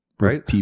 Right